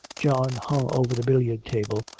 john hung over the billiard-table,